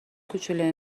کوچلوی